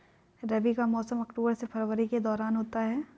रबी का मौसम अक्टूबर से फरवरी के दौरान होता है